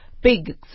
big